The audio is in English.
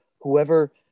whoever